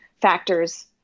factors